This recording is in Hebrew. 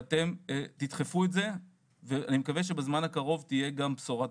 שאתן תדחפו את זה ואני מקווה שבזמן הקרוב תהיה גם בשורה טובה.